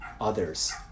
others